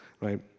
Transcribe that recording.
right